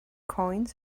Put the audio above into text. coins